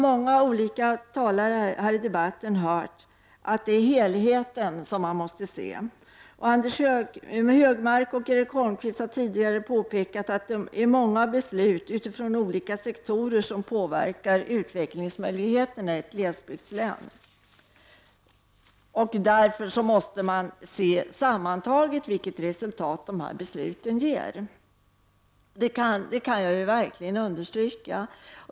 Många olika talare har tidigare i debatten påpekat att det gäller att se till helheten. Anders G Högmark och Erik Holmkvist har tidigare påpekat att det är många beslut utifrån olika sektorer som påverkar utvecklingsmöjligheterna i ett glesbygdslän. Därför måste man se vilket resultat dessa beslut sammantaget ger. Detta vill jag verkligen understryka.